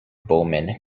bowman